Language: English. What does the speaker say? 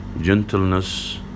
gentleness